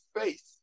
faith